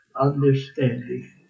understanding